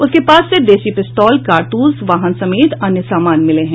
उसके पास से देसी पिस्तौल कारतूस वाहन समेत अन्य सामान मिले हैं